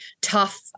tough